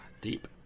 deep